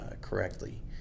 correctly